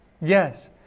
Yes